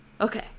okay